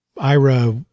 Ira